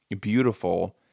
beautiful